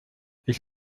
ich